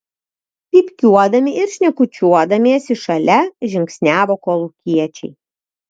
pypkiuodami ir šnekučiuodamiesi šalia žingsniavo kolūkiečiai